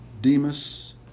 Demas